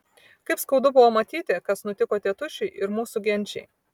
kaip skaudu buvo matyti kas nutiko tėtušiui ir mūsų genčiai